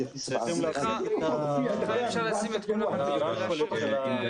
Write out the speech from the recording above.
הבעיה היא לא תקצוב אלא באמת שאלות של